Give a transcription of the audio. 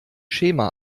schema